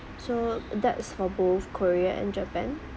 so that's for both korea and japan